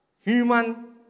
human